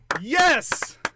yes